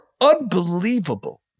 unbelievable